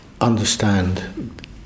understand